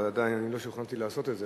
אבל עדיין לא השתכנעתי לעשות את זה,